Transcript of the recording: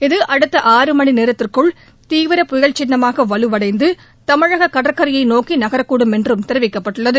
இது அடுத்த ஆறு மணி நோத்திற்குள் தீவிர புயல் சின்னமாக வலுவளடந்து தமிழக கடற்கரையை நோக்கி நகரக்கூடும் என்றும் தெரிவிக்கப்பட்டுள்ளது